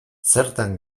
zertan